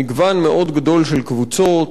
מגוון מאוד גדול של קבוצות,